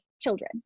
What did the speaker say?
children